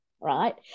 right